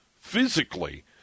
physically